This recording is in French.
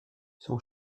son